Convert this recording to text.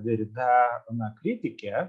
derida na kritikė